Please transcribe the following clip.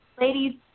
ladies